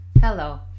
Hello